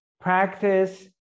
Practice